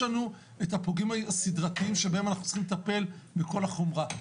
בסוף יש לנו את הפוגעים הסדרתיים שבהם אנחנו צריכים לטפל בכל החומרה.